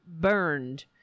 burned